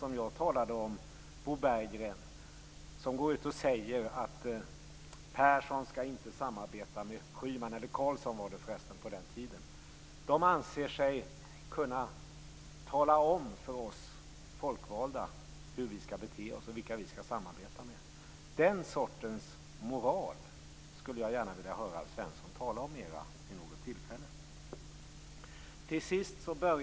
Bo Berggren gick ju ut och sade att Carlsson - som då var statsminister - inte skulle samarbeta med Schyman. Man anser sig kunna tala om för oss folkvalda hur vi skall bete oss och vilka vi skall samarbeta med. Den sortens moral skulle jag gärna vilja höra Alf Svensson tala mera om vid något tillfälle.